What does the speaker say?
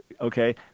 okay